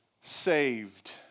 saved